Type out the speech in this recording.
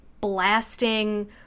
blasting